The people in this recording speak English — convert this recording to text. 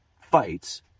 fights